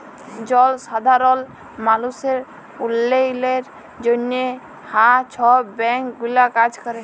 জলসাধারল মালুসের উল্ল্যয়লের জ্যনহে হাঁ ছব ব্যাংক গুলা কাজ ক্যরে